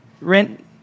rent